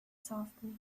softly